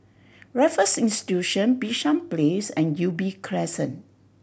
Raffles Institution Bishan Place and Ubi Crescent